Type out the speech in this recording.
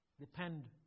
Depend